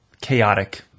chaotic